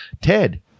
Ted